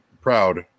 proud